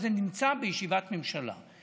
זה נמצא בישיבת ממשלה.